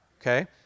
okay